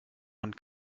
man